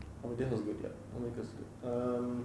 army days was good ya army days was good um